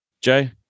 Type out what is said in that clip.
Jay